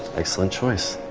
excellent choice.